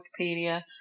Wikipedia